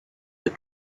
the